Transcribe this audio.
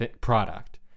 product